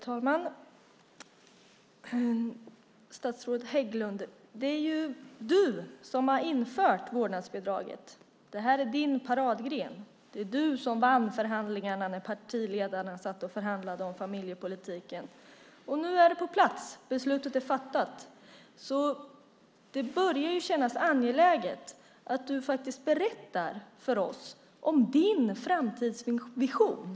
Herr talman! Statsrådet Hägglund, det är ju du som har infört vårdnadsbidraget. Det här är din paradgren. Det var du som vann förhandlingarna med partiledarna om familjepolitiken. Nu är det på plats och beslutet är fattat. Det börjar kännas angeläget att du faktiskt berättar för oss om din framtidsvision.